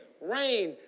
rain